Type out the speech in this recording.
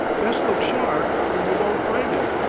best look sharp r yer won't find im,